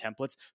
templates